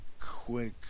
quick